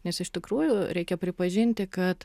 nes iš tikrųjų reikia pripažinti kad